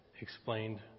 explained